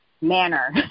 manner